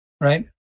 right